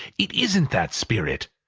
it isn't that, spirit.